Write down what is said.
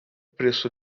preço